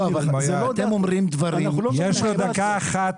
יש לו דקה אחת,